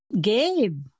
Gabe